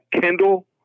Kendall